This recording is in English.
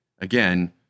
again